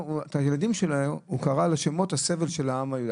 לילדים שלו הוא קרא על שם הסבל של העם היהודי,